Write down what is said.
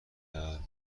کرد